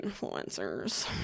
influencers